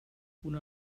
una